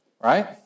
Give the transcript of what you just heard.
right